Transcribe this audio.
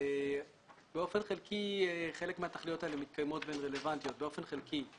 באופן חלקי חלק מהתכליות האלה מתקיימות והן רלוונטיות באופן חלקי.